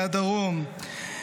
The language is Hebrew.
מהדרום,